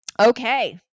Okay